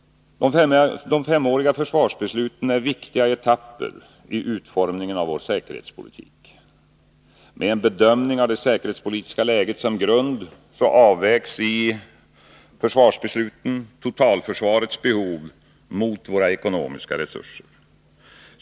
De femåriga försvarsbesluten är viktiga etapper i utformningen av vår säkerhetspolitik. Med en bedömning av det säkerhetspolitiska läget som grund avvägs i försvarsbesluten totalförsvarets behov mot våra ekonomiska resurser.